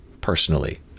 personally